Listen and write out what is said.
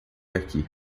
aqui